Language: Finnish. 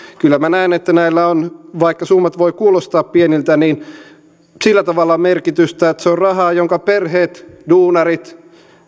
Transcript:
kyllä minä näen että näillä on vaikka summat voivat kuulostaa pieniltä sillä tavalla merkitystä että se on rahaa jonka perheet duunarit